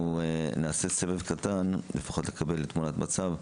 אנחנו נעשה סבב קטן, לפחות כדי לקבל תמונת מצב.